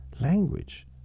language